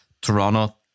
Toronto